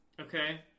okay